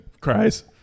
Cries